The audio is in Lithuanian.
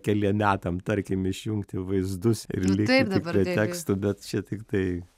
keliem metam tarkim išjungti vaizdus ir likti tik prie tekstų bet čia tiktai